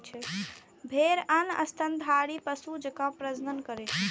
भेड़ आन स्तनधारी पशु जकां प्रजनन करै छै